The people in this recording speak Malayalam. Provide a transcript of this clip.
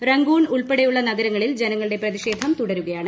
റംഗൂൺ ഉൾപ്പെടെയുള്ള നഗരങ്ങളിൽ ജനങ്ങളുടെ പ്രതിഷേധം തുടരുകയാണ്